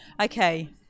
Okay